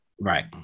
Right